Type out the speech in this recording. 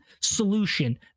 solution